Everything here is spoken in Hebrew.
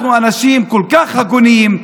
אנחנו אנשים כל כך הגונים,